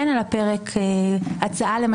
ראיתי שעוד עורך דין